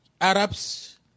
Arabs